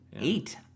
Eight